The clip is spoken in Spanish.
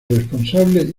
responsable